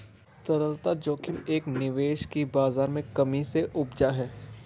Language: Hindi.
तरलता जोखिम एक निवेश की बाज़ार में कमी से उपजा है